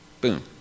Boom